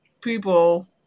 people